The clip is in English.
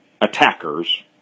attackers